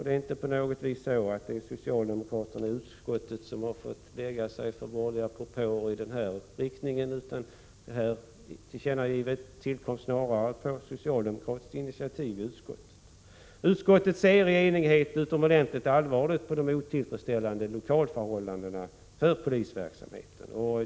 Det är inte på något vis så att de socialdemokratiska ledamöterna i utskottet har fått lägga sig för borgerliga propåer i den här riktningen, utan tillkännagivandet tillkom snarare på socialdemokratiskt initiativ i utskottet. Utskottet ser i enighet utomordentligt allvarligt på de otillfredsställande lokalförhållandena för polisverksamheten.